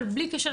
אבל בלי קשר,